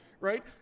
right